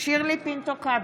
שירלי פינטו קדוש,